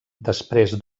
després